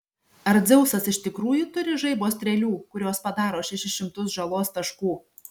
ar dzeusas iš tikrųjų turi žaibo strėlių kurios padaro šešis šimtus žalos taškų